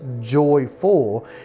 joyful